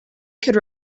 could